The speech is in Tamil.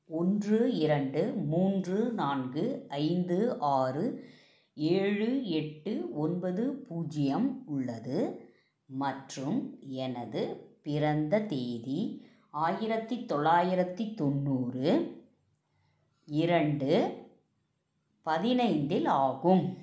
ஒன்று இரண்டு மூன்று நான்கு ஐந்து ஆறு ஏழு எட்டு ஒன்பது பூஜ்ஜியம் உள்ளது மற்றும் எனது பிறந்த தேதி ஆயிரத்தி தொள்ளாயிரத்தி தொண்ணூறு இரண்டு பதினைந்து இல் ஆகும்